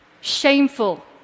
shameful